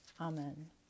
Amen